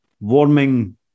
warming